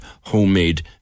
homemade